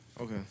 Okay